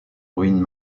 ruines